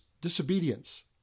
disobedience